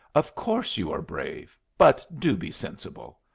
of course you are brave. but do be sensible.